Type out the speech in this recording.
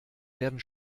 werden